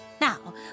Now